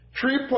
Three